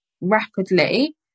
rapidly